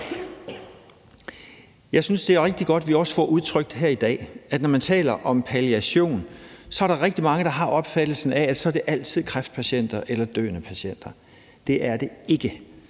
Jeg synes, det er rigtig godt, at vi også får udtrykt her i dag, at når man taler om palliation, er der rigtig mange, der har den opfattelse, at det altid er kræftpatienter eller døende patienter, og det er det ikke.